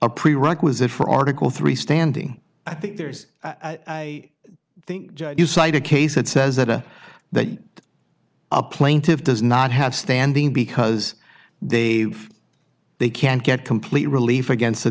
a prerequisite for article three standing i think there's i think you cite a case that says that or that a plaintive does not have standing because they they can't get complete relief against the